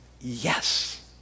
yes